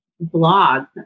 blog